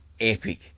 epic